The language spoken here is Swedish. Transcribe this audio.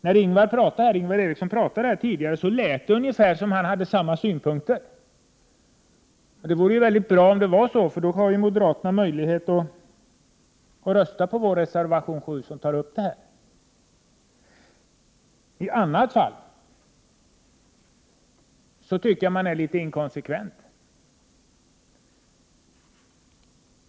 När Ingvar Eriksson talade här tidigare, lät det ungefär som om han hade samma synpunkter. Det vore ju mycket bra om det vore så, för då hade moderaterna möjlighet att rösta på vår reservation 7, som tar upp denna fråga. I annat fall tycker jag att man är litet inkonsekvent.